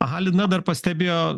aha alina dar pastebėjo